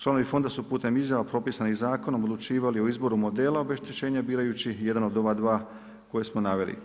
Članovi Fonda su putem izravno propisanih zakonom odlučivali od izboru modela obeštećenja birajući jedan od ova dva koje smo naveli.